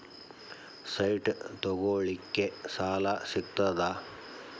Site ತಗೋಳಿಕ್ಕೆ ಸಾಲಾ ಸಿಗ್ತದಾ?